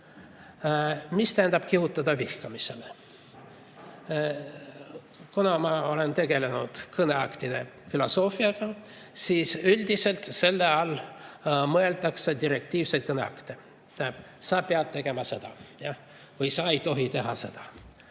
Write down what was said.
Mis tähendab kihutada vihkamisele? Kuna ma olen tegelenud kõneaktide filosoofiaga, siis [tean, et] üldiselt selle all mõeldakse direktiivseid kõneakte. Sa pead tegema seda või sa ei tohi teha seda.